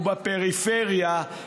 ובפריפריה,